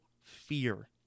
fear